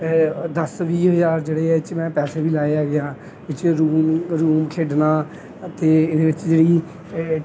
ਦਸ ਵੀਹ ਹਜ਼ਾਰ ਜਿਹੜੇ ਇਹ 'ਚ ਮੈਂ ਪੈਸੇ ਵੀ ਲਾਏ ਹੈਗੇ ਆ ਪਿੱਛੇ ਖੇਡਣਾ ਅਤੇ ਇਹਦੇ ਵਿੱਚ ਜਿਹੜੀ